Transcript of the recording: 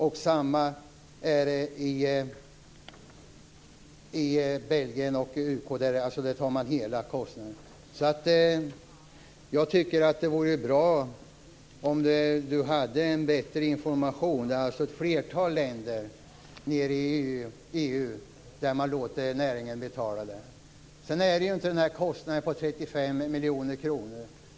Jag tycker att det vore bra om Patrik Norinder hade en bättre information. Ett flertal länder i EU låter näringen betala detta. Det är vidare inte fråga om en kostnad på 35 miljoner kronor.